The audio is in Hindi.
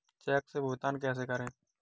चेक से भुगतान कैसे करें?